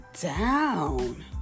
down